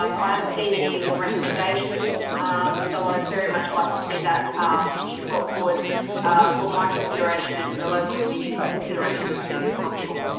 um i haven't seen any even recommendations so i'd very much like to see that petition brought forward for my consideration and the local community's consideration, as soon as possible.